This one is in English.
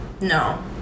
No